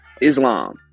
Islam